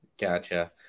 gotcha